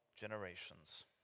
generations